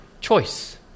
choice